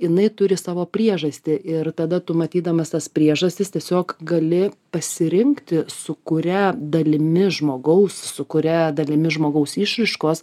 jinai turi savo priežastį ir tada tu matydamas tas priežastis tiesiog gali pasirinkti su kuria dalimi žmogaus su kuria dalimi žmogaus išraiškos